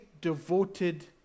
devoted